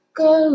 go